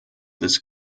this